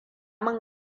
min